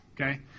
okay